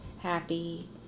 happy